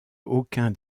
aucun